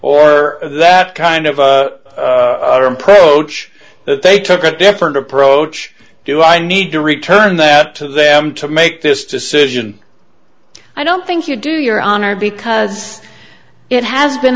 or that kind of approach that they took a different approach do i need to return that to them to make this decision i don't think you do your honor because it has been